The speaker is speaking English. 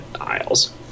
aisles